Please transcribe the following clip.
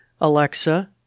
Alexa